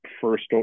first